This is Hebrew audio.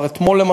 אתמול,